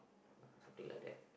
ah something like that